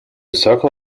circle